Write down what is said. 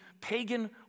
pagan